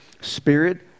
spirit